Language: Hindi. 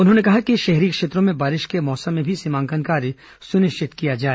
उन्होंने कहा कि शहरी क्षेत्रों में बारिश के मौसम में भी सीमांकन कार्य सुनिश्चित किए जाए